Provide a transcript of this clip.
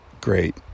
Great